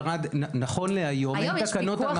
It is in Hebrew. נכון להיום אין תקנות על מכשירים